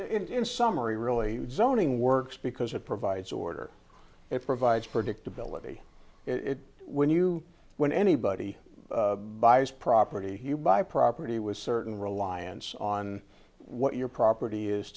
in summary really zoning works because it provides order it provides predictability it when you when anybody buys property you buy property was certain reliance on what your property is